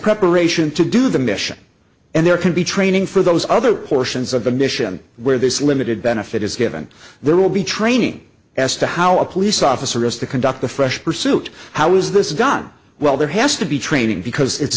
preparation to do the mission and there can be training for those other portions of the mission where this limited benefit is given there will be training as to how a police officer has to conduct a fresh pursuit how is this done well there has to be training because it's